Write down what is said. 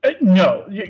No